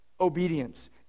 obedience